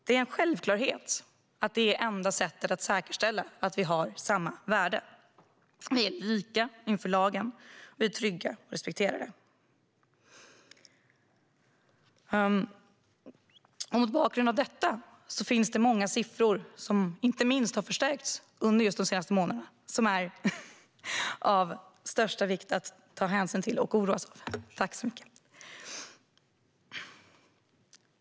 Det är det enda sättet att säkerställa att vi har samma värde, att vi är lika inför lagen och att vi är trygga och respekterade. Många siffror har förstärkts de senaste månaderna. Det är av största vikt att ta hänsyn till dem och oroa sig över dem.